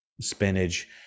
spinach